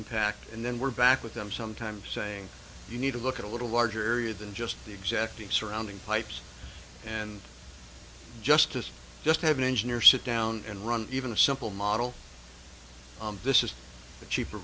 impact and then we're back with them sometimes saying you need to look at a little larger area than just the exact the surrounding pipes and justice just have an engineer sit down and run even a simple model this is the cheaper